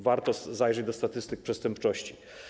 Warto zajrzeć do statystyk przestępczości.